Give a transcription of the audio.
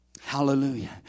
Hallelujah